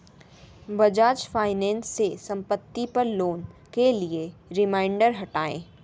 Bajaj finance से संपत्ति पर लोन के लिए रिमाइंडर हटाएँ